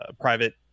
private